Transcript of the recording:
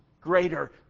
greater